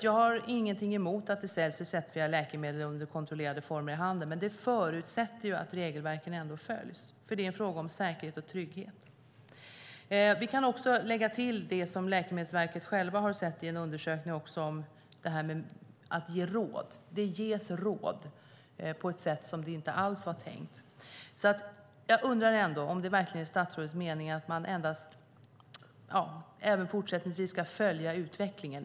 Jag har ingenting emot att det säljs receptfria läkemedel under kontrollerade former i handeln. Men det förutsätter att regelverken följs, för det är en fråga om att säkerheten och tryggheten kring försäljningen kan upprätthållas. Vi kan lägga till det som Läkemedelsverket självt har sett i en undersökning om att ge råd. Det ges råd på ett sätt som inte alls var tänkt. Jag undrar om det verkligen är statsrådets mening att man även fortsättningsvis endast ska följa utvecklingen.